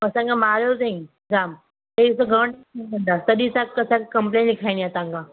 असांखे मारियो अथई जाम तॾहिं त असांखे कंप्लेन लिखाइणी आहे तव्हांखा